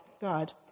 God